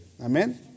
Amen